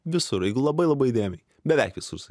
visur jeigu labai labai įdėmiai beveik visus